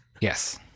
Yes